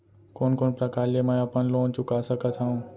कोन कोन प्रकार ले मैं अपन लोन चुका सकत हँव?